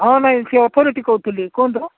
ହଁ ନାଇଁ ସେ ଅଥୋରିଟି କହୁଥିଲି କୁହନ୍ତୁ